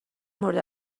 مورد